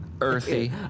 Earthy